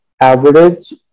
average